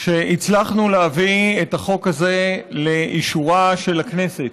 שהצלחנו להביא את החוק הזה לאישורה של הכנסת.